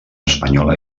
espanyola